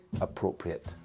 appropriate